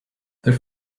their